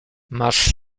masz